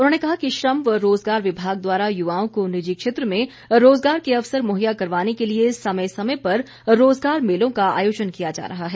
उन्होंने कहा कि श्रम व रोजगार विभाग द्वारा युवाओं को निजी क्षेत्र में रोजगार के अवसर मुहैया करवाने के लिए समय समय पर रोजगार मेलों का आयोजन किया जा रहा है